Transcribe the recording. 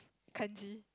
Kanji